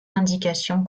indication